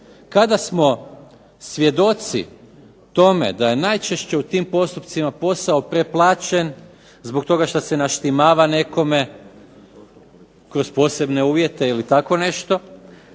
Kada smo svjedoci tome da je najčešće u tim postupcima posao preplaćen, zbog toga šta se naštimava nekome kroz posebne uvjete ili tako nešto,